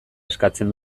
eskatzen